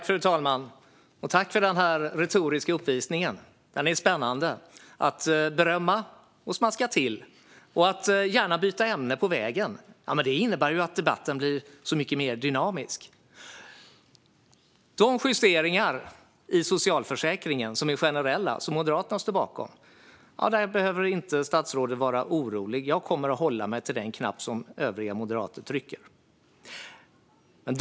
Fru talman! Tack för den retoriska uppvisningen! Den var spännande. Att berömma, daska till och gärna byta ämne på vägen innebär ju att debatten blir mycket mer dynamisk. När det gäller de justeringar i socialförsäkringen som är generella och som Moderaterna står bakom behöver statsrådet inte vara orolig. Jag kommer att hålla mig till den knapp som övriga moderater trycker på.